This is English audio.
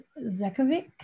Zekovic